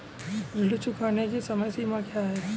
ऋण चुकाने की समय सीमा क्या है?